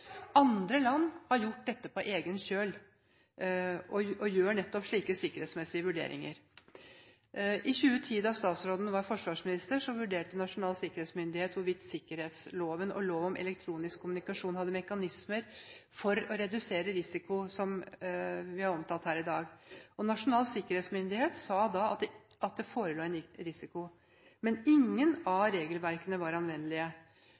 Andre land gjør nettopp slike sikkerhetsmessige vurderinger på egen kjøl. I 2010, da statsråden var forsvarsminister, vurderte Nasjonal sikkerhetsmyndighet hvorvidt sikkerhetsloven og lov om elektronisk kommunikasjon hadde mekanismer for å redusere risiko, som vi har omtalt her i dag. Nasjonal sikkerhetsmyndighet sa da at det forelå en risiko, men ingen av regelverkene var anvendelige.